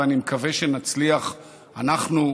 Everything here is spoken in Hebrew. ואני מקווה שנצליח אנחנו,